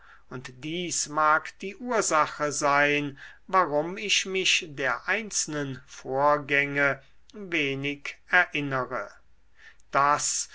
und dies mag die ursache sein warum ich mich der einzelnen vorgänge wenig erinnere das